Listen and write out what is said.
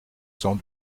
sans